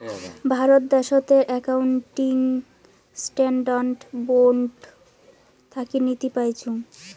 ভারত দ্যাশোতের accounting standard board থাকি নীতি পাইচুঙ